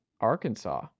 Arkansas